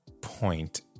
point